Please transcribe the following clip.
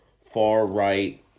far-right